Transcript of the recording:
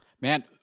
Man